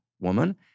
woman